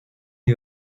sie